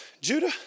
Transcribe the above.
Judah